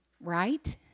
Right